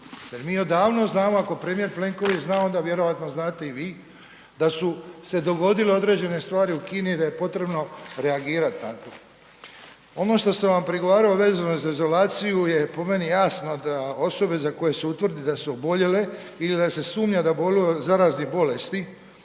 jer mi odavno znamo ako premijer Plenković zna onda vjerovatno znate i vi, da su se dogodile određene stvari u Kini, da je potrebno reagirati na to. Ono što sam vam prigovarao vezano za izolaciju je po meni jasno da osobe za koje se utvrdi da su oboljele ili da se sumnja da boluju od zaraznih bolesti